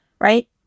right